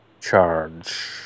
charge